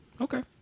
okay